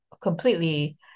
completely